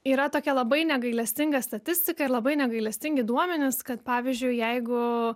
yra tokia labai negailestinga statistika ir labai negailestingi duomenys kad pavyzdžiui jeigu